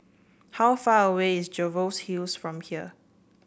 how far away is Jervois Hills from here